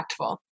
impactful